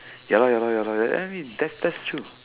ya lor ya lor ya lor I mean that's that's true